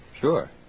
Sure